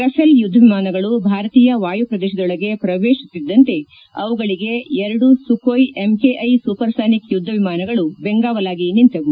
Rafale ಯುದ್ಧ ವಿಮಾನಗಳು ಭಾರತೀಯ ವಾಯುಪ್ರದೇಶದೊಳಗೆ ಪ್ರವೇಶಿಸುತ್ತಿದ್ದಂತೆ ಅವುಗಳಿಗೆ ಎರಡು ಸುಖೋಯಿ ಎಂಕೆಐ ಸೂಪರ್ಸಾನಿಕ್ ಯುದ್ಧ ವಿಮಾನಗಳು ಬೆಂಗಾವಲಾಗಿ ನಿಂತವು